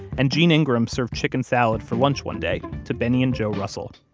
and jean ingram served chicken salad for lunch one day to benny and jo russell